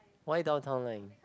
why Downtown Line